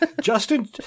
Justin